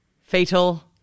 Fatal